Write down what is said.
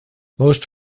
most